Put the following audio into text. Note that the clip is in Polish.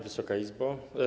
Wysoka Izbo!